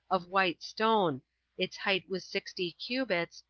of white stone its height was sixty cubits,